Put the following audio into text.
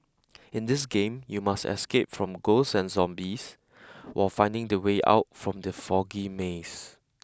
in this game you must escape from ghosts and zombies while finding the way out from the foggy maze